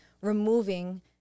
removing